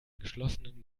geschlossenen